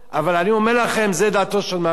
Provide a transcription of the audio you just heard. אבל אני אומר לכם שזו דעתו של מרן.